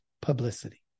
publicity